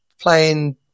playing